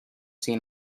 seen